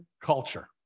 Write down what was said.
culture